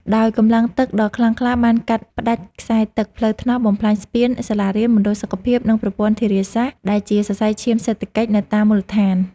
ដោយកម្លាំងទឹកដ៏ខ្លាំងក្លាបានកាត់ផ្ដាច់ខ្សែទឹក ផ្លូវថ្នល់ បំផ្លាញស្ពាន សាលារៀន មណ្ឌលសុខភាព និងប្រព័ន្ធធារាសាស្ត្រដែលជាសរសៃឈាមសេដ្ឋកិច្ចនៅតាមមូលដ្ឋាន។